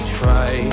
try